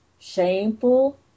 shameful